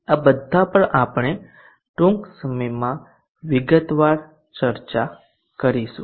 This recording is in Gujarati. આ બધા પર આપણે ટૂંક સમયમાં વિગતવાર ચર્ચા કરીશું